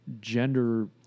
gender